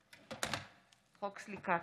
חבר הכנסת